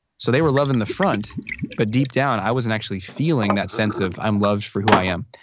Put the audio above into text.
so they were loving the front but deep down i wasn't actually feeling that sense of i'm loved for who i am.